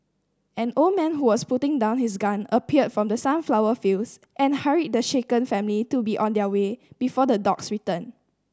an old man who was putting down his gun appeared from the sunflower fields and hurried the shaken family to be on their way before the dogs return